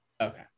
okay